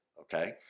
okay